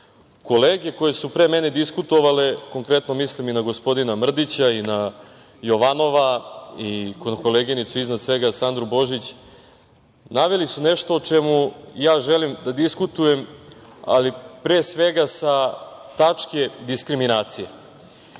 koje su pre mene diskutovale, konkretno mislim i na gospodina Mrdića i na Jovanova i koleginicu Sandru Božić, naveli su nešto o čemu ja želim da diskutujem, ali pre svega sa tačke diskriminacije. Kako